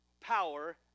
power